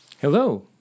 Hello